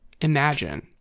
imagine